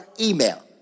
email